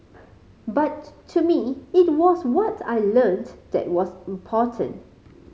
but to me it was what I learnt that was important